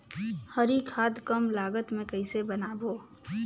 हरी खाद कम लागत मे कइसे बनाबो?